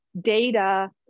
data